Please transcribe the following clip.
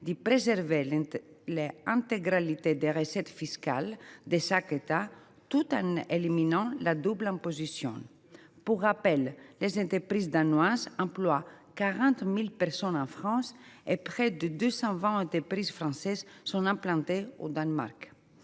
de préserver l’intégralité des recettes fiscales de chaque État, tout en éliminant la double imposition. Pour rappel, les entreprises danoises emploient 40 000 personnes en France et près de 220 entreprises françaises sont implantées au Danemark.